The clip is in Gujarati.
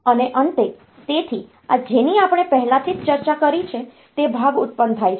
અને અંતે તેથી આ જેની આપણે પહેલાથી જ ચર્ચા કરી છે તે ભાગ ઉત્પન્ન કરે છે